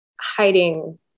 hiding